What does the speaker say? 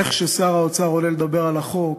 איך ששר האוצר עולה לדבר על החוק,